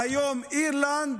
והיום אירלנד,